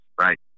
right